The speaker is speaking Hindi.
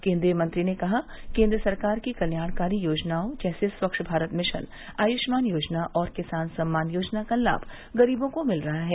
केन्द्रीय मंत्री ने कहा केन्द्र सरकार की कल्याणकारी योजनाओं जैसे स्वच्छ भारत मिशन आयुष्मान योजना और किसान सम्मान योजना का लाभ गरीबों को मिल रहा है